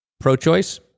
pro-choice